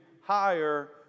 higher